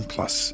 Plus